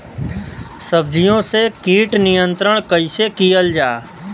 सब्जियों से कीट नियंत्रण कइसे कियल जा?